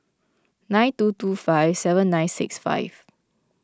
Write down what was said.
nine two two five seven nine six five